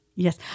Yes